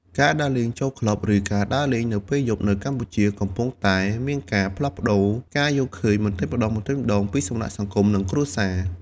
ការដើរលេងចូលក្លឹប ឬការដើរលេងនៅពេលយប់នៅកម្ពុជា កំពុងតែមានការផ្លាស់ប្តូរការយល់ឃើញបន្តិចម្តងៗ ពីសំណាក់សង្គម និងគ្រួសារ។